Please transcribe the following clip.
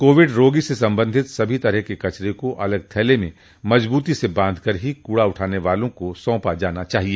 Covid रोगी से संबंधित सभी तरह के कचरे को अलग थैले में मजबूती से बांधकर ही कूड़ा उठाने वालों को सौंपा जाना चाहिए